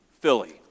Philly